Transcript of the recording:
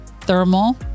thermal